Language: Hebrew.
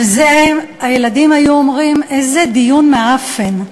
על זה הילדים היו אומרים: איזה דיון מעפן.